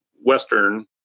Western